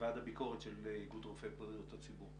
מוועד הביקורת של איגוד רופאי בריאות הציבור,